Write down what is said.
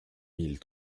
mille